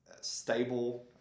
stable